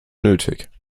nötig